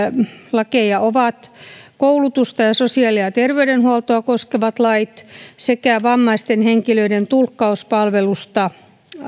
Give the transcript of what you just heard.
lakeja ovat koulutusta ja sosiaali ja ja terveydenhuoltoa koskevat lait sekä vammaisten henkilöiden tulkkauspalvelusta